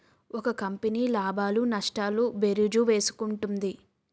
ఒక కంపెనీ లాభాలు నష్టాలు భేరీజు వేసుకుంటుంది